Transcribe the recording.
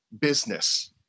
business